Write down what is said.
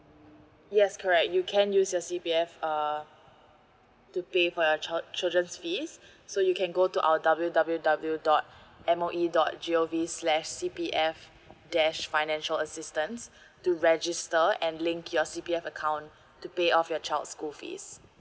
yes correct you can use your C_P_F uh to pay for your child children's fees so you can go to our W W W dot M O E dot G O V slash C P F dash financial assistance to register and link your C_P_F account to pay off your child school fees